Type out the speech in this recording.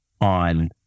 on